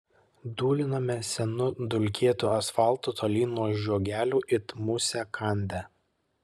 dūlinome senu dulkėtu asfaltu tolyn nuo žiogelių it musę kandę